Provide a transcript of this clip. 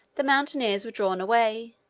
the mountaineers were driven away,